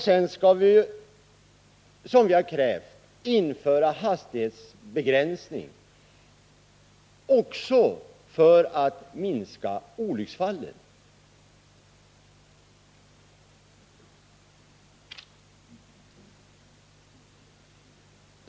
Sedan har vi krävt att hastighetsbegränsning skall införas, också det för att minska olycksfallen.